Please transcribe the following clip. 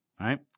right